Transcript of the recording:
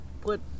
Put